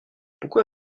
pourquoi